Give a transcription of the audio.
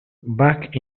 back